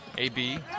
AB